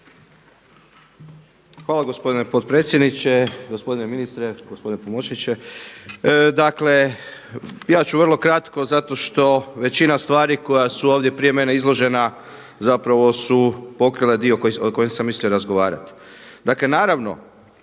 Hvala gospodine potpredsjedniče, gospodine ministre, gospodine pomoćniče. Dakle, ja ću vrlo kratko zato što većina stvari koja su ovdje prije mene izložena zapravo su pokrila dio o kojem sam mislio razgovarati. Dakle naravno